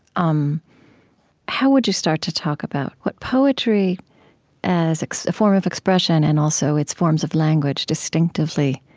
um how would you start to talk about what poetry as a form of expression, and also its forms of language, distinctively